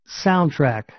Soundtrack